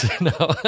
No